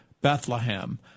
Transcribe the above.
Bethlehem